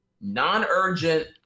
non-urgent